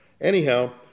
Anyhow